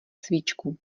svíčku